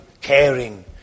caring